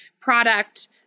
product